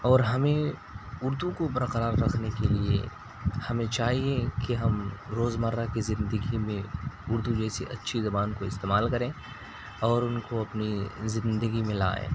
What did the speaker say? اور ہمیں اردو کو برقرار رکھنے کے لیے ہمیں چاہیے کہ ہم روزمرہ کی زندگی میں اردو جیسی اچھی زبان کو استعمال کریں اور ان کو اپنی زندگی میں لائیں